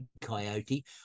coyote